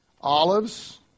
olives